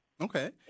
Okay